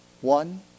one